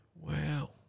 Wow